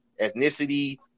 ethnicity